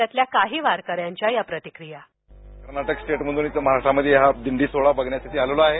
त्यातील काही वारकर्यांच्या या प्रतिक्रिया कर्नाटक स्टेटमधून इथे महाराष्ट्रामध्ये हा दिंडी सोहळा पाहण्यासाठी आलेलो आहे